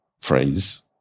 phrase